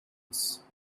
muss